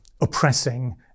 oppressing